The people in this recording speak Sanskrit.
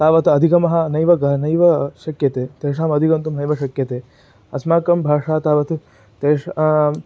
तावत् अधिगमः नैव नैव शक्यते तेषामधिगन्तुं नैव शक्यते अस्माकं भाषा तावत् तेषाम्